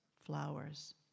flowers